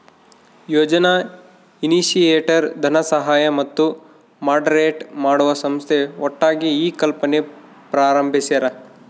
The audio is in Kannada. ಯೋಜನಾ ಇನಿಶಿಯೇಟರ್ ಧನಸಹಾಯ ಮತ್ತು ಮಾಡರೇಟ್ ಮಾಡುವ ಸಂಸ್ಥೆ ಒಟ್ಟಾಗಿ ಈ ಕಲ್ಪನೆ ಪ್ರಾರಂಬಿಸ್ಯರ